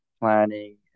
planning